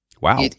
Wow